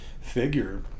figure